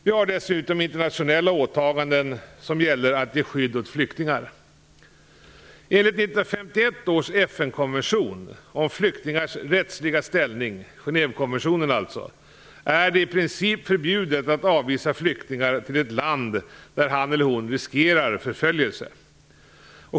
Vi har dessutom internationella åtaganden som gäller att ge skydd åt flyktingar. Enligt 1951 års FN-konvention om flyktingars rättsliga ställning, Genèvekonventionen, är det i princip förbjudet att avvisa flyktingar till ett land där de riskerar förföljelse.